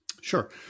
Sure